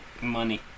Money